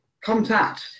contact